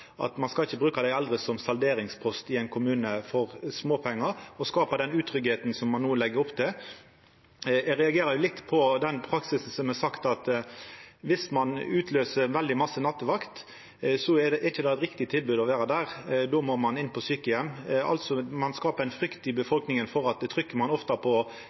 at ein ikkje skal bruka dei eldre som salderingspost i ein kommune for småpengar og skapa den utryggleiken som ein no legg opp til. Eg reagerer litt på den praksisen som det er sagt er; at dersom ein utløyser veldig mykje nattevakt, så er det ikkje eit riktig tilbod å vera der, då må ein inn på sjukeheim. Ein skapar altså ei frykt i befolkninga for at trykkjer ein ofte på